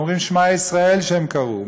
אומרים "שמע ישראל" שהם קראו,